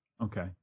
Okay